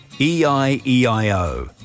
E-I-E-I-O